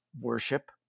worship